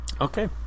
Okay